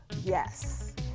yes